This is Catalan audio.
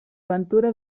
ventura